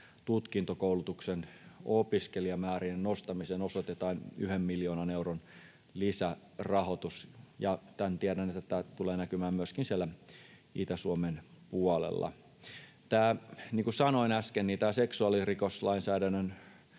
tutkintokoulutuksen opiskelijamäärien nostamiseen osoitetaan 1 miljoonan euron lisärahoitus. Ja tiedän, että tämä tulee näkymään myöskin siellä Itä-Suomen puolella. Niin kuin sanoin äsken, seksuaalirikoslainsäädännön